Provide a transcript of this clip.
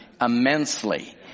immensely